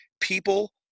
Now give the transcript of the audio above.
People